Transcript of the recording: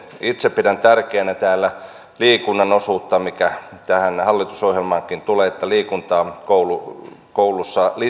itse pidän tärkeänä täällä liikunnan osuutta mitä hallitusohjelmaankin tulee että liikuntaa koulussa lisätään